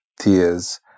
Tears